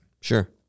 Sure